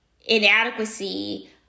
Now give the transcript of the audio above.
inadequacy